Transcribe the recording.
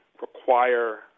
require